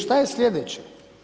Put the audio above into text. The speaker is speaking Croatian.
Šta je slijedeće?